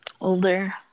Older